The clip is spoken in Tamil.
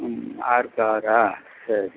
ம் ஆறுக்கு ஆறா சரி